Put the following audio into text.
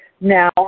Now